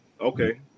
Okay